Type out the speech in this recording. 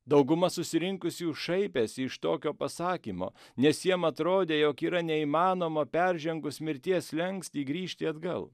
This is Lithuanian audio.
dauguma susirinkusiųjų šaipėsi iš tokio pasakymo nes jiem atrodė jog yra neįmanoma peržengus mirties slenkstį grįžti atgal